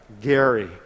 Gary